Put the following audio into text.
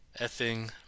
effing